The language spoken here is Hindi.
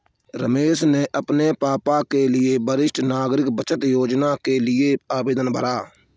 रमेश ने अपने पापा के लिए वरिष्ठ नागरिक बचत योजना के लिए आवेदन भरा